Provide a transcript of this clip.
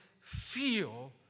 feel